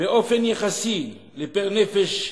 באופן יחסי לנפש,